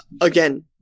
Again